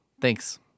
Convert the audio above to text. Thanks